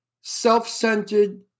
self-centered